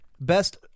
Best